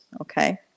Okay